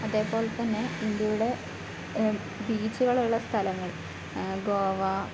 അതേപോലെ തന്നെ ഇന്ത്യയുടെ ബീച്ചുകളുള്ള സ്ഥലങ്ങള് ഗോവ